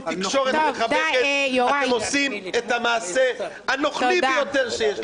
תקשורת מחבקת אתם עושים את המעשה הנכלולי ביותר שיש.